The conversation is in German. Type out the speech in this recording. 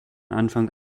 anfang